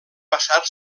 passar